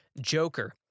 Joker